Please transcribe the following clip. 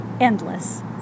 endless